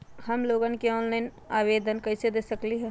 हम लोन के ऑनलाइन आवेदन कईसे दे सकलई ह?